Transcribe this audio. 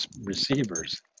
receivers